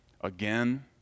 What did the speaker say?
again